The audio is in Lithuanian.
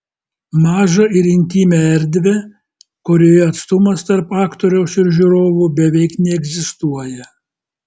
mažą ir intymią erdvę kurioje atstumas tarp aktoriaus ir žiūrovų beveik neegzistuoja